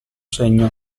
segno